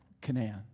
Canaan